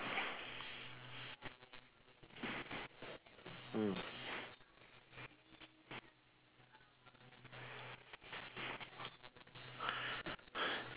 mm